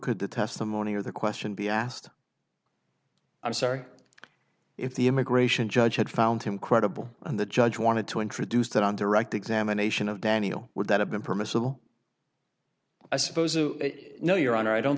could the testimony or the question be asked i'm sorry if the immigration judge had found him credible and the judge wanted to introduce that on direct examination of daniel would that have been permissible i suppose you know your honor i don't